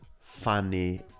funny